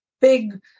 big